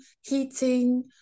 heating